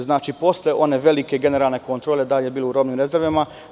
Znači, posle one velike generalne kontrole, da li je bilo kontrole u robnim rezervama?